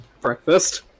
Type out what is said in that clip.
breakfast